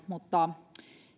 mutta